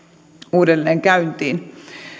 uudelleen käyntiin